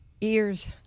Ears